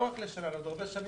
לא רק לשנה אלא לעוד הרבה שנים.